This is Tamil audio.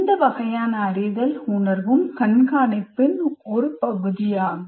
இந்த வகையான அறிதல் உணர்வும் கண்காணிப்பின் ஒரு பகுதியாகும்